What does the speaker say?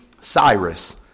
Cyrus